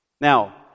Now